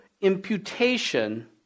imputation